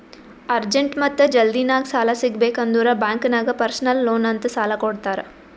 urgent ಮತ್ತ ಜಲ್ದಿನಾಗ್ ಸಾಲ ಸಿಗಬೇಕ್ ಅಂದುರ್ ಬ್ಯಾಂಕ್ ನಾಗ್ ಪರ್ಸನಲ್ ಲೋನ್ ಅಂತ್ ಸಾಲಾ ಕೊಡ್ತಾರ್